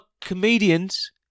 comedians